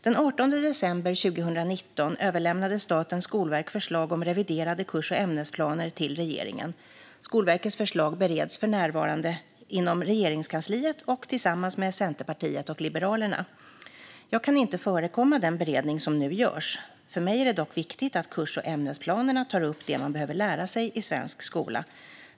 Den 18 december 2019 överlämnade Statens skolverk förslag om reviderade kurs och ämnesplaner till regeringen. Skolverkets förslag bereds för närvarande inom Regeringskansliet och tillsammans med Centerpartiet och Liberalerna. Jag kan inte förekomma den beredning som nu görs. För mig är det dock viktigt att kurs och ämnesplanerna tar upp det man behöver lära sig i svensk skola.